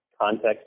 context